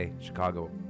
Chicago